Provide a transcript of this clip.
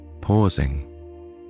Pausing